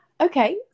Okay